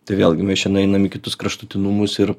tai vėlgi mes čia nueinam į kitus kraštutinumus ir